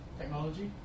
technology